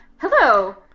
Hello